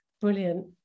brilliant